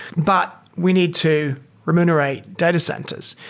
but we need to remunerate data centers.